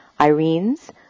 Irene's